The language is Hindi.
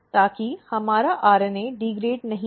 ताकि हमारा RNA डिग्रेडेड नहीं हो